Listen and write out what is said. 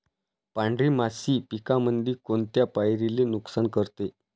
पांढरी माशी पिकामंदी कोनत्या पायरीले नुकसान करते?